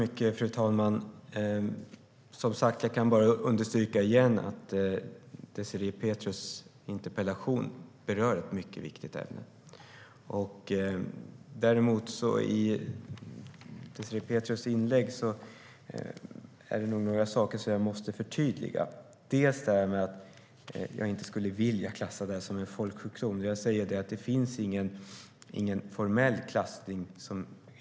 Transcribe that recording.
Fru talman! Jag kan bara understryka igen att Désirée Pethrus interpellation berör ett mycket viktigt ämne. Däremot är det några saker i Désirée Pethrus inlägg som gör att jag måste förtydliga mitt svar. Désirée Pethrus säger att jag inte skulle vilja klassa endometrios som en folksjukdom. Vad jag säger är att folksjukdom inte är någon formell klassning.